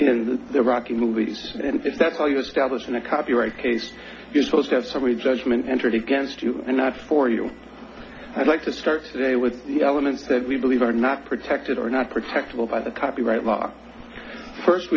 in the rocky movies and if that's all you establish in a copyright case you're supposed to have summary judgment entered against you and not for you i'd like to start today with elements that we believe are not protected or not protected by the copyright law first